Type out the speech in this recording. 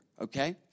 okay